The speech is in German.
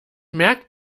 merkt